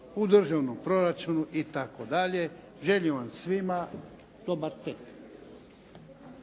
u državnom proračunu itd. Želi vam svima dobar tek.